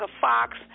Fox